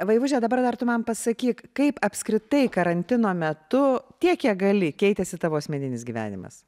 vaivuže dabar dar tu man pasakyk kaip apskritai karantino metu tiek kiek gali keitėsi tavo asmeninis gyvenimas